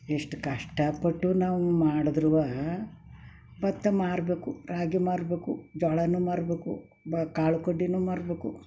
ಎಷ್ಟು ಕಷ್ಟಪಟ್ಟು ನಾವು ಮಾಡಿದ್ರೂವೆ ಭತ್ತ ಮಾರಬೇಕು ರಾಗಿ ಮಾರಬೇಕು ಜೋಳನೂ ಮಾರಬೇಕು ಬ ಕಾಳು ಕಡ್ಡಿಯೂ ಮಾರಬೇಕು